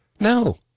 no